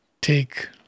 take